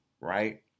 right